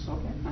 Okay